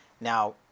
Now